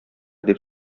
дип